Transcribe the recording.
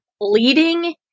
leading